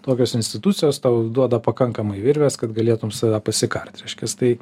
tokios institucijos tau duoda pakankamai virvės kad galėtum save pasikart reiškias tai